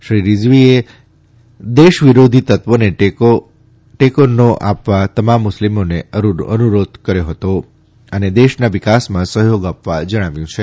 શ્રી રીઝવીએ દેશ વિરોધી તત્વોને ટેકો નો આપવા તમામ મુસ્લીમોને અનુરોધ કર્યો છે અને દેશના વિકાસમાં સહયોગ આપવા જણાવ્યું છે